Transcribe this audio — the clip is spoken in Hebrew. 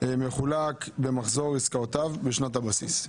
מחולק במחזור עסקאותיו בשנת הבסיס.